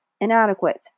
inadequate